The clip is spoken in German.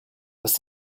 dass